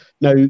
Now